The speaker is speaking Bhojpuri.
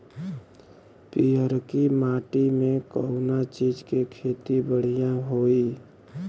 पियरकी माटी मे कउना चीज़ के खेती बढ़ियां होई?